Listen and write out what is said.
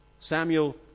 Samuel